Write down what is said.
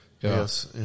Yes